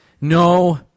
No